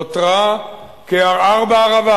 נותרה כערער בערבה.